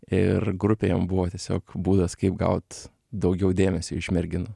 ir grupė jam buvo tiesiog būdas kaip gaut daugiau dėmesio iš merginų